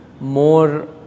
more